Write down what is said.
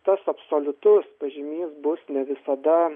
tas absoliutus pažymys bus ne visada